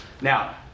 Now